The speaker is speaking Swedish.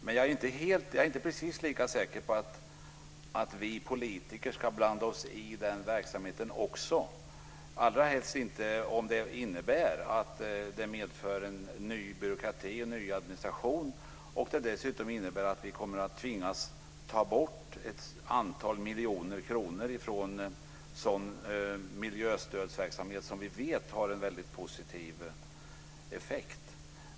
Men jag är inte lika säker på att vi politiker ska blanda oss i den verksamheten också, allra helst inte om det medför en ny byråkrati och ny administration och om vi dessutom kommer att tvingas ta bort ett antal miljoner kronor från miljöstödsverksamhet, som vi vet har en väldigt positiv effekt.